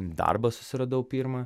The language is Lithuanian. darbą susiradau pirmą